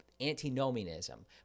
antinomianism